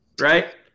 Right